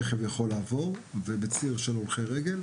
רכב יוכל לעבוד ועדיין יהיה ציר להולכי רגל,